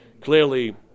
Clearly